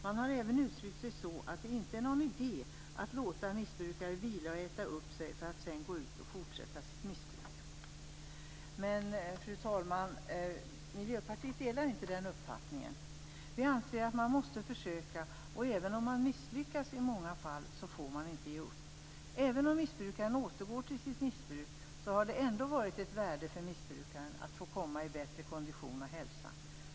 Man har även uttryckt sig så att det inte är någon idé att låta missbrukare vila och äta upp sig för att sedan gå ut och fortsätta sitt missbruk. Fru talman! Miljöpartiet delar inte den uppfattningen. Vi anser att man måste försöka. Även om man misslyckas i många fall, får man inte ge upp. Även om missbrukaren återgår till sitt missbruk, har det ändå varit av värde för missbrukaren att få komma i bättre kondition och hälsa.